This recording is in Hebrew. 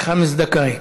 חמש דקות.